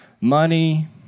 Money